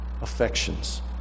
affections